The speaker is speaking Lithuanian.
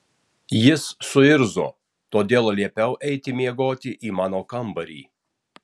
jis suirzo todėl liepiau eiti miegoti į mano kambarį